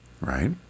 right